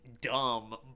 dumb